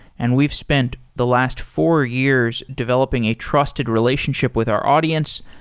and we've spent the last four years developing a trusted relationship with our audience.